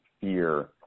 fear